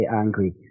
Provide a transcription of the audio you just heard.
angry